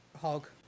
hog